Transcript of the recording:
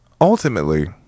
ultimately